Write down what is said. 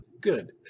good